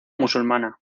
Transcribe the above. musulmana